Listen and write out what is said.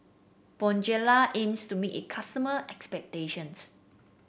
Bonjela aims to meet its customer expectations